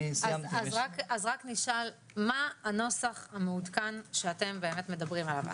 אז רק נשאל: מה הנוסח המעודכן שאתם באמת מדברים עליו?